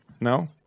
No